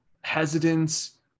hesitance